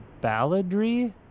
balladry